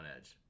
edge